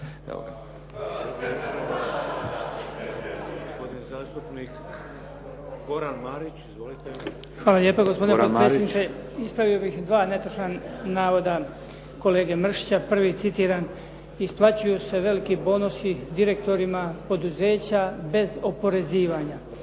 Hvala lijepa gospodine potpredsjedniče. Ispravio bih dva netočna navoda kolege Mrsića. Prvi citiram: "Isplaćuju se veliki bonusi direktorima poduzeća bez oporezivanja."